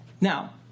Now